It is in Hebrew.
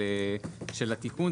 של התיקון,